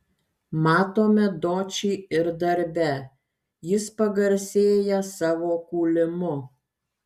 matome dočį ir darbe jis pagarsėja savo kūlimu